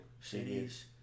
Cities